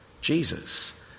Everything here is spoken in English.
Jesus